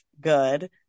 good